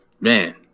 Man